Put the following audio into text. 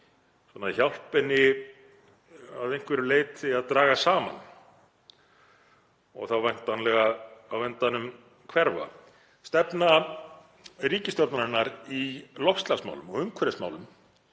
hjálpa henni að einhverju leyti að draga saman og þá væntanlega á endanum hverfa. Stefna ríkisstjórnarinnar í loftslagsmálum og umhverfismálum